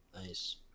Nice